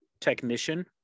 technician